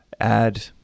add